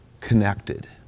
connected